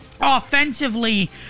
offensively